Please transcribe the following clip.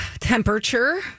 Temperature